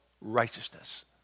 righteousness